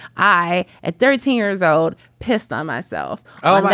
i at thirteen years old, pissed on myself. oh,